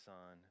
Son